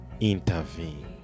intervene